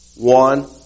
One